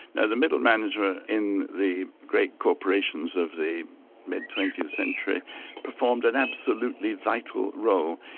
now the middle management in the great corporations of the mid twentieth century performed an absolutely vital role.